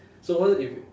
so all if you